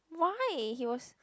why he was